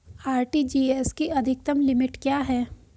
RTGS की अधिकतम limit क्या है?